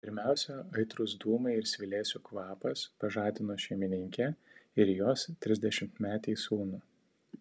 pirmiausia aitrūs dūmai ir svilėsių kvapas pažadino šeimininkę ir jos trisdešimtmetį sūnų